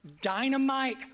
dynamite